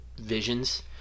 visions